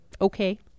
okay